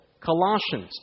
Colossians